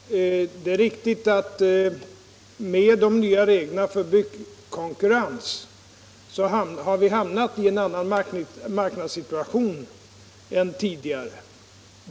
Herr talman! Det är riktigt att vi med de nya reglerna för byggkonkurrens har hamnat i en annan marknadssituation än tidigare.